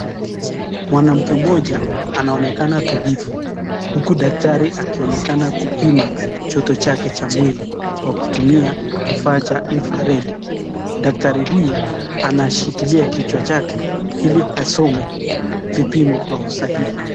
Mwanamke mmoja anaonekana tulivu huku daktari akionekana kupima joto chake cha mwili kutumia kifaa cha infared. Daktari huyu anashikilia kichwa chake ili asome kipimo kwa usahihi.